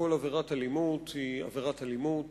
כל עבירת אלימות היא עבירת אלימות